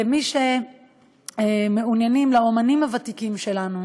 לאמנים הוותיקים שלנו,